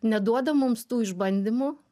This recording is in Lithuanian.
neduoda mums tų išbandymų